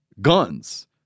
guns